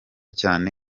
cyane